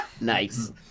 Nice